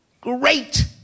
great